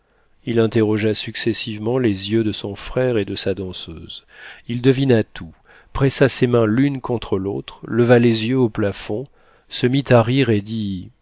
il interrogea successivement les yeux de son frère et de sa danseuse il devina tout pressa ses mains l'une contre l'autre leva les yeux au plafond se mit à rire et dit